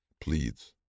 pleads